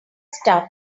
stuff